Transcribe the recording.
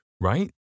right